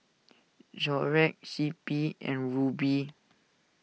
Xorex C P and Rubi